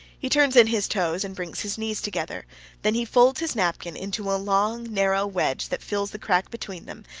he turns in his toes and brings his knees together then he folds his napkin into a long, narrow wedge that fills the crack between them,